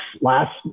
last